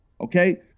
Okay